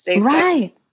Right